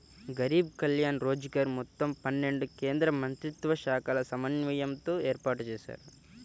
గరీబ్ కళ్యాణ్ రోజ్గర్ మొత్తం పన్నెండు కేంద్రమంత్రిత్వశాఖల సమన్వయంతో ఏర్పాటుజేశారు